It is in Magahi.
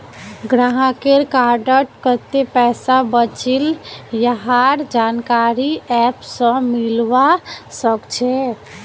गाहकेर कार्डत कत्ते पैसा बचिल यहार जानकारी ऐप स मिलवा सखछे